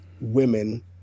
women